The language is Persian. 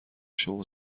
شما